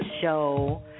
show